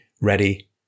ready